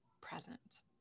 present